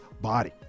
body